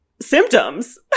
symptoms